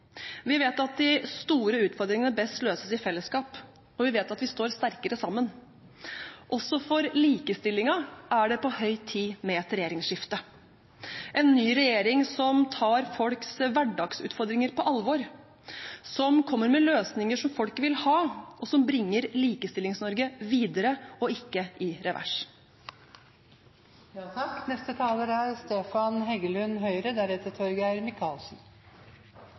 Vi vet at de store utfordringene best løses i fellesskap, og vi vet at vi står sterkere sammen. Også for likestillingen er det på høy tid med et regjeringsskifte – en ny regjering som tar folks hverdagsutfordringer på alvor, som kommer med løsninger som folk vil ha, og som bringer Likestillings-Norge videre og ikke i revers. Jeg mener at hvis man først er